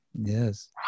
Yes